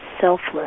selfless